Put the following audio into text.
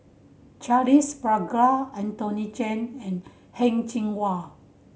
Charles Paglar Anthony Chen and Heng Cheng Hwa